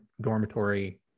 dormitory